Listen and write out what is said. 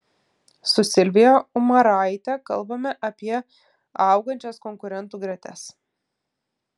su silvija umaraite kalbame apie augančias konkurentų gretas